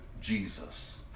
Jesus